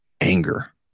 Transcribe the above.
anger